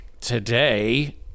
today